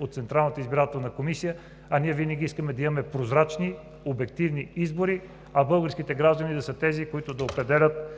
от Централната избирателна комисия, а ние винаги искаме да имаме прозрачни, обективни избори, а българските граждани да са тези, които да определят